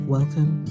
Welcome